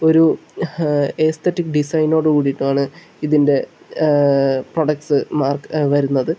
ഒരു ഏസ്തെററ്റിക് ഡിസൈനോടും കൂടിയിട്ടുമാണ് ഇതിൻ്റെ പ്രൊഡക്ട്സ് മാർക്ക് വരുന്നത്